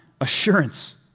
assurance